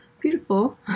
beautiful